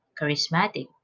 charismatic